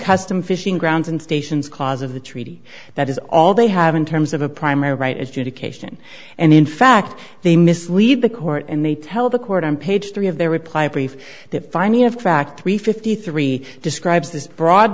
accustom fishing grounds and stations cause of the treaty that is all they have in terms of a primary right adjudication and in fact they mislead the court and they tell the court on page three of their reply brief that finding of fact three fifty three describes this broad